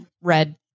red